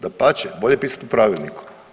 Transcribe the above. Dapače, bolje pisati u pravilniku.